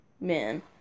Man